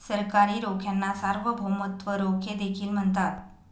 सरकारी रोख्यांना सार्वभौमत्व रोखे देखील म्हणतात